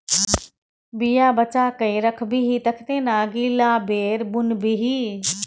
बीया बचा कए राखबिही तखने न अगिला बेर बुनबिही